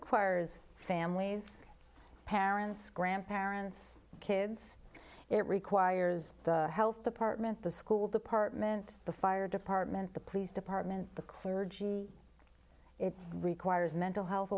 requires families parents grandparents kids it requires health department the school department the fire department the police department the clergy it requires mental health